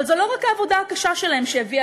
אבל זו לא רק העבודה הקשה שלהם שהביאה